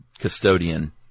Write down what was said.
custodian